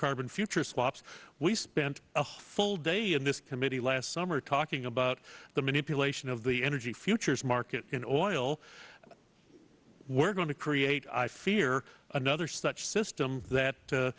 carbon future swaps we spent a full day in this committee last summer talking about the manipulation of the energy futures market in oil we're going to create i fear another such system that